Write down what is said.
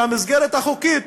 שהמסגרת החוקית